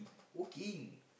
working